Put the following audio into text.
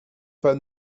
pas